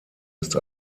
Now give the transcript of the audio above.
ist